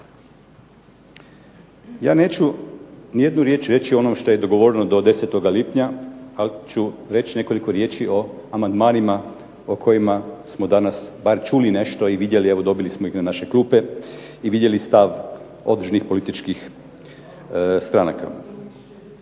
Ja neću ni jednu riječ reći o onom što je dogovoreno do 10. lipnja, ali ću reći nekoliko riječi o amandmanima o kojima smo danas bar čuli nešto i vidjeli, evo dobili smo ih na naše klupe i vidjeli stav političkih stranaka.